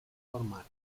forma